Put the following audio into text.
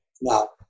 now